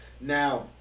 Now